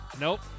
nope